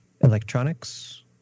electronics